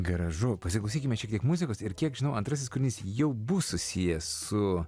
gražu pasiklausykime čia kiek muzikos ir kiek žinau antrasis kūrinys jau bus susijęs su